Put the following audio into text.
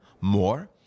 more